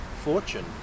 fortune